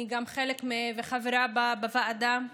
אני חברה בוועדה,